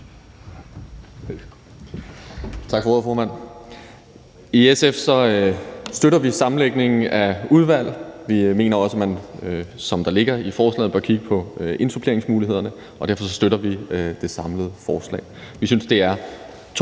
Tak for ordet, formand. I SF støtter vi sammenlægningen af udvalg. Vi mener også, at man, som det ligger i forslaget, bør kigge på suppleringsmulighederne, og derfor støtter vi det samlede forslag. Vi synes, det er to